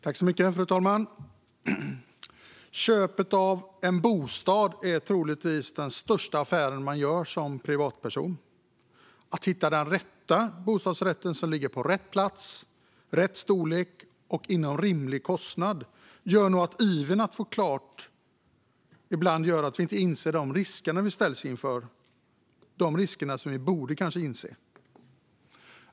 Fru talman! Köpet av en bostad är troligtvis den största affären man gör som privatperson. Att hitta den rätta bostadsrätten som ligger på rätt plats, har rätt storlek och ligger inom en rimlig kostnad gör nog att vi känner en iver att få klart det hela på ett sätt som gör att vi ibland inte inser de risker som vi ställs inför. Det är risker som vi kanske borde inse.